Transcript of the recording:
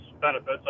benefits